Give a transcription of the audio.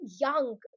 young